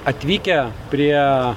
atvykę prie